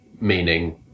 meaning